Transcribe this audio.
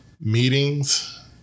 meetings